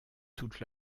toute